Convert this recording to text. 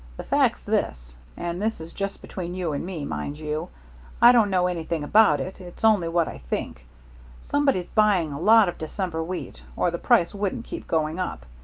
the fact's this and this is just between you and me, mind you i don't know anything about it, it's only what i think somebody's buying a lot of december wheat, or the price wouldn't keep going up.